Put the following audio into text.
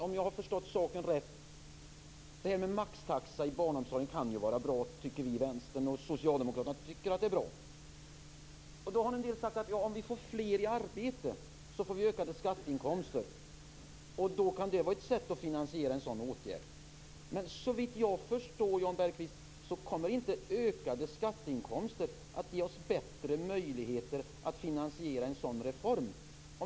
Vi i Vänstern och socialdemokraterna tycker att det kan vara bra med maxtaxa i barnomsorgen. En del har sagt att om vi får fler i arbete får vi ökade statsinkomster och att detta kan vara ett sätt att finansiera en sådan åtgärd. Men, Jan Bergqvist, om jag har förstått principen om utgiftstak korrekt, kommer ökade skatteinkomster inte att ge oss bättre möjligheter att finansiera en sådan reform.